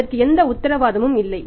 அதற்கு எந்த உத்தரவாதமும் இல்லை